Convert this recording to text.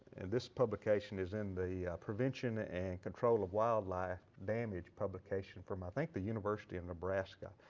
and this publication is in the prevention and control of wildlife damage publication from, i think, the university of nebraska.